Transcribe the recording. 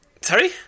Sorry